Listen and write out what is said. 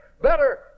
better